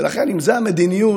ולכן, אם זאת המדיניות,